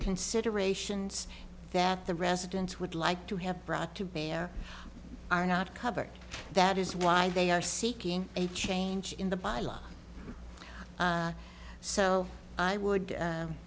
considerations that the residents would like to have brought to bear are not covered that is why they are seeking a change in the by law so i would